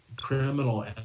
criminal